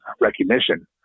recognition